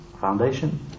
foundation